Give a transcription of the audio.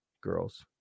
Girls